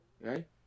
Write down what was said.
right